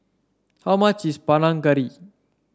how much is Panang Garry